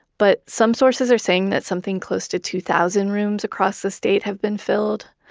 but some sources are saying that something close to two thousand rooms across the state have been filled.